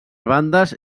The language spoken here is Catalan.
bandes